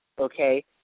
okay